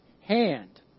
hand